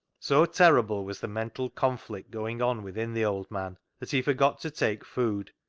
so terrible was the mental conflict going on within the old man that he forgot to take food,